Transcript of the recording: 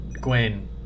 Gwen